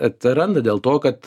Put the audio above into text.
atsiranda dėl to kad